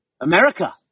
America